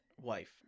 Wife